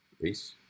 Peace